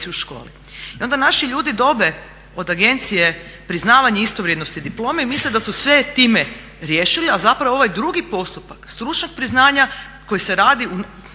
I onda naši ljudi dobiju od agencije priznavanje istovrijednosti diplome i misle da su sve time riješili, a zapravo ovaj drugi postupak stručnog priznanja koji se radi,